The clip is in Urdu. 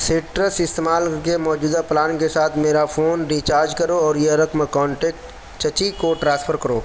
سٹرس استعمال کر کے موجودہ پلان کے ساتھ میرا فون ریچارج کرو اور یہ رقم کانٹیکٹ چچی کو ٹرانسفر کرو